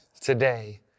today